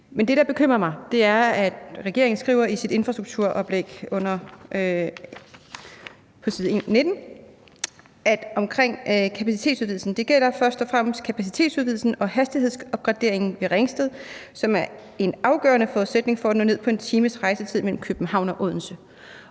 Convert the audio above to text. Men det, der bekymrer mig, er, at regeringen i sit infrastrukturoplæg på side 19 om kapacitetsudvidelsen skriver: »Det gælder først og fremmest en kapacitetsudvidelse og hastighedsopgradering ved Ringsted, som er en afgørende forudsætning for at nå ned på en times rejsetid mellem København og Odense.«